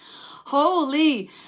Holy